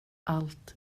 allt